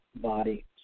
body